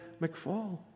McFall